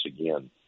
again